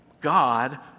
God